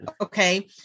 Okay